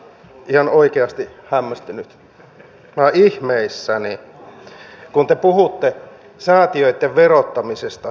minä olen ihan oikeasti hämmästynyt olen ihmeissäni kun te puhutte säätiöitten verottamisesta